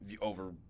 over